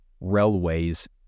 railways